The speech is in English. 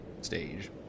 stage